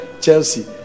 Chelsea